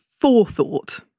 forethought